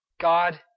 God